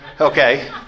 okay